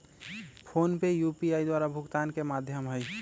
PhonePe UPI द्वारा भुगतान के माध्यम हइ